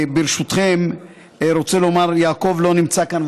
ברשותכם אני רוצה לומר, יעקב לא נמצא כאן.